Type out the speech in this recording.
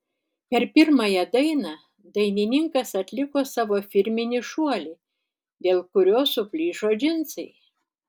per pirmąją dainą dainininkas atliko savo firminį šuolį dėl kurio suplyšo džinsai